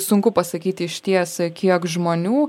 sunku pasakyti išties kiek žmonių